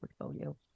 portfolio